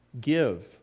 give